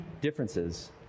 differences